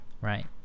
right